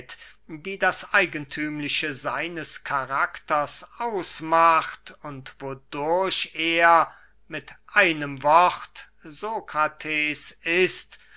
die das eigenthümliche seines karakters ausmacht und wodurch er mit einem wort sokrates ist